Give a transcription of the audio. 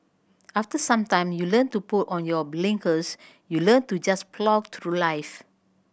after some time you learn to put on your blinkers you learn to just plough through life